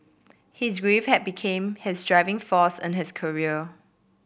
his grief had became his driving force in his career